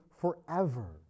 forever